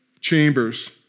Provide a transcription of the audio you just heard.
chambers